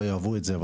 לא יאהבו את זה,